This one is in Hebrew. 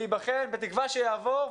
להיבחן בתקווה שיעבור,